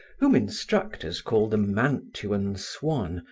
whom instructors call the mantuan swan,